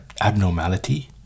abnormality